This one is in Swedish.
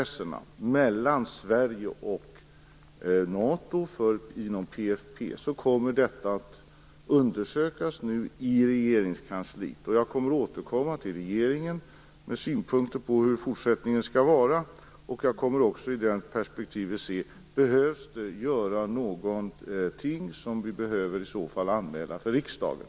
Sverige och NATO inom PFF kommer att undersökas i Regeringskansliet. Jag kommer att återkomma till regeringen med synpunkter på hur fortsättningen skall vara. Jag kommer också att i det perspektivet se om det behöver göras någonting som regeringen i så fall behöver anmäla till riksdagen.